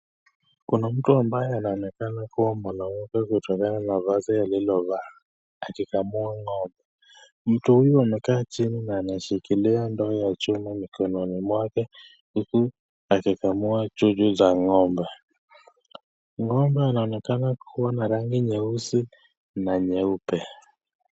Kuna mtu ambaye anaonekana kuwa mwanamke kutokana na vazi alilovaa akikamua ng'ombe. Mtu huyu amekaa chini na anshikilia ndoo ya chuma mikononi mwake huku akikamua chuchu za ng'ombe.Ng'ombe anaonekana kuwa na rangi nyeusi na nyeupe.